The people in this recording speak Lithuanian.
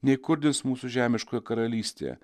neįkurdins mūsų žemiškoje karalystėje